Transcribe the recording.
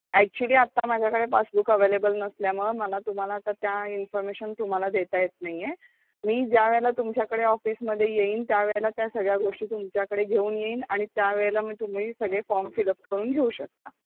actually आत्ता माझ्याकडे passbook available नसल्यामुळं मला तुम्हाला आता त्या इन्फॉर्मेशन तुम्हाला देता येत नाही आहे मी ज्या वेळेला तुमच्याकडे ऑफिसमध्ये येईन त्या वेळेला त्या सगळ्या गोष्टी तुमच्याकडे घेऊन येईन आणि त्या वेळेला मी तुम्ही सगळे फॉम फिलअप करून घेऊ शकता